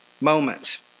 moments